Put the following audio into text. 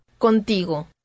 Contigo